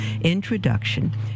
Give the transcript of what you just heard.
introduction